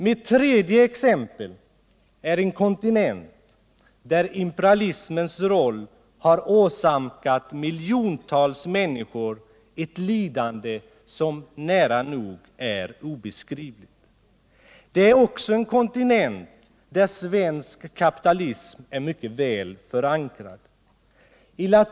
Mitt tredje exempel är en kontinent där imperialismen har åsamkat miljontals människor ett lidande som är nära nog obeskrivligt. Det är också en kontinent där svensk kapitalism är mycket väl förankrad.